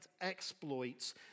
exploits